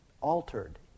altered